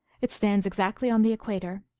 it stands exactly on the equator,